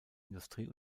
industrie